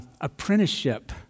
apprenticeship